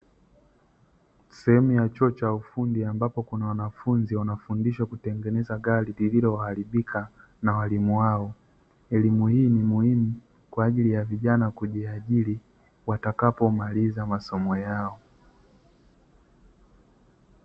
Sehemu ya chuo cha ufundi ambapo kuna wanafunzi wanafundishwa kutengeneza gari lililoharibika na walimu wao, elimu hii ni muhimu kwaajili ya vijana kujiajiri watakapo maliza masomo yao.